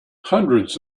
hundreds